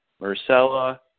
Marcella